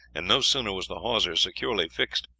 and no sooner was the hawser securely fixed,